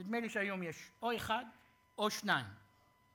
נדמה לי שהיום יש או אחד או שניים או